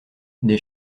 des